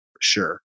sure